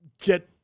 get